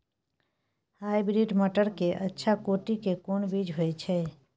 Hybrid मटर के अच्छा कोटि के कोन बीज होय छै?